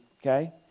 Okay